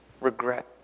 regret